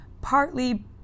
Partly